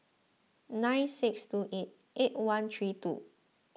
nine six two eight eight one three two